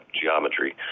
geometry